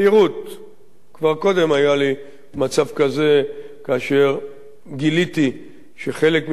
כבר קודם היה לי מצב כזה כאשר גיליתי שחלק מן המציעים לסדר-היום